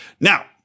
Now